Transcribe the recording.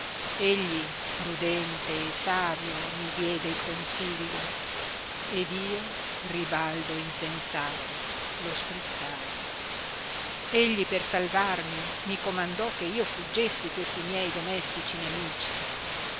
egli prudente e savio mi diede il consiglio ed io ribaldo e insensato lo sprezzai egli per salvarmi mi comandò che io fuggessi questi miei domestici nemici